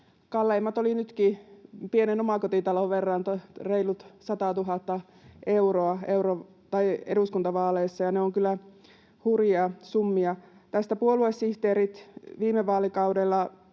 kalleimmat olivat nytkin pienen omakotitalon verran, reilut 100 000 euroa, eduskuntavaaleissa, ja ne ovat kyllä hurjia summia. Puoluesihteerit viime vaalikaudella